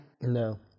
No